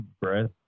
breath